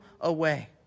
away